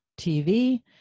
TV